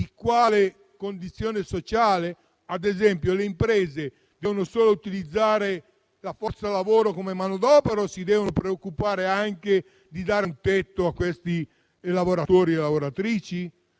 di condizioni sociali? Ad esempio, le imprese devono solo utilizzare la forza lavoro come manodopera o si devono preoccupare anche di dare un tetto a quei lavoratori e quelle lavoratrici?